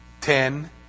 Ten